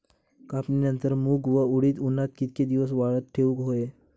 कापणीनंतर मूग व उडीद उन्हात कितके दिवस वाळवत ठेवूक व्हये?